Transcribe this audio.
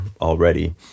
already